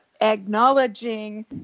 acknowledging